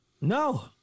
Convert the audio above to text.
No